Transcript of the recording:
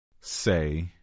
Say